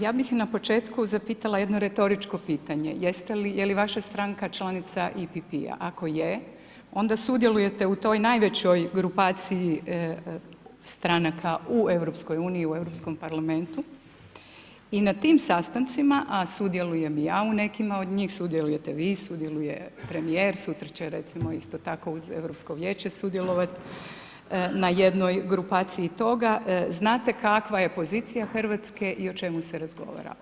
Ja bih na početku zapitala jedno retoričko pitanje, jeste li, je li vaša stranka članica EPP-ja, ako je, onda sudjeluje, onda sudjelujete u toj najvećoj grupaciji stranaka u EU-u, u Europskom parlamentu i na tim sastancima a sudjelujem i ja u nekima od njih, sudjelujete vi, sudjeluje premijer, sutra će recimo isto tako uz Europsko vijeće sudjelovat, na jednoj grupaciji toga, znate kakva je pozicija Hrvatske i o čemu se razgovara.